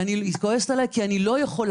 היא כועסת עלי כי אני לא יכולה,